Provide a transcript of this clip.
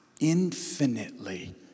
infinitely